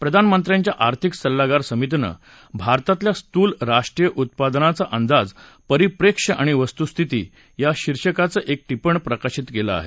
प्रधानमंत्र्यांच्या आर्थिक सल्लागार समितीनं भारतातल्या स्थूल राष्ट्रीय उत्पादनाचा अंदाज परिप्रेक्ष्य आणि वस्तुस्थिती या शिर्षकाचं एक टिपण प्रकाशित केलं आहे